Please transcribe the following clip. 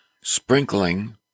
sprinkling